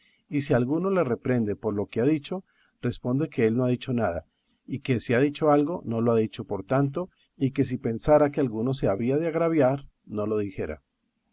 y si alguno le reprehende por lo que ha dicho responde que él no ha dicho nada y que si ha dicho algo no lo ha dicho por tanto y que si pensara que alguno se había de agraviar no lo dijera